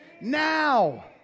Now